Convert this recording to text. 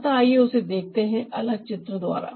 अतः आइए उसे देखते हैं अलग चित्र द्वारा